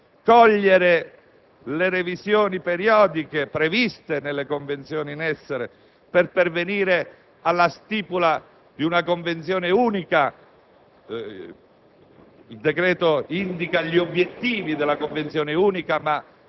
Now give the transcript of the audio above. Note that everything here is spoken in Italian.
numerose revisioni stipulate, appunto, negli anni); cogliere le revisioni periodiche previste nelle convenzioni in essere per pervenire alla stipula di una convenzione unica